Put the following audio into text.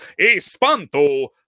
Espanto